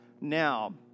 now